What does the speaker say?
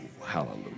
Hallelujah